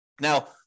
Now